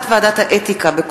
מאת חבר הכנסת אחמד טיבי,